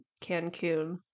Cancun